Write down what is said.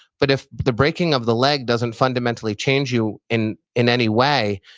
but if the breaking of the leg doesn't fundamentally change you in in any way,